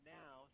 now